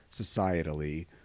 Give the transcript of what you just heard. societally